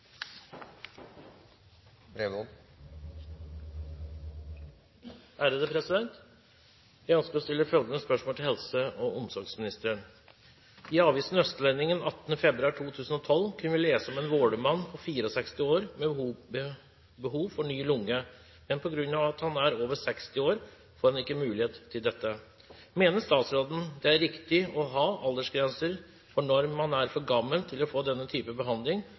Jeg ønsker å stille følgende spørsmål til helse- og omsorgsministeren: «I avisen Østlendingen 18. februar 2012 kunne vi lese om en vålermann på 64 år med behov for ny lunge, men på grunn av at han er over 60 år, får han ikke mulighet til dette. Mener statsråden det er riktig å ha aldersgrenser for når man er for gammel til å få denne type behandling,